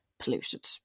polluted